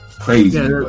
crazy